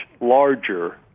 larger